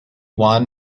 won